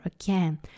again